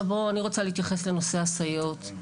אני רוצה להתייחס לנושא הסייעות,